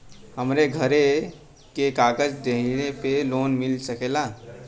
हमरे घरे के कागज दहिले पे लोन मिल सकेला?